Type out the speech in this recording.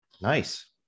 Nice